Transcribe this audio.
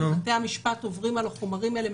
בתי המשפט עוברים על החומרים האלה,